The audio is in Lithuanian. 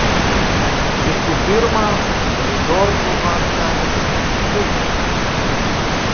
visų pirma su džordžu man sekasi puikiai